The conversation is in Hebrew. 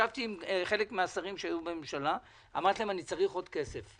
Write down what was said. ישבתי עם חלק מהשרים שהיו בממשלה ואמרתי להם שאני צריך עוד כסף.